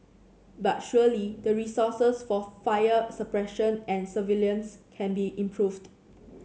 but surely the resources for fire suppression and surveillance can be improved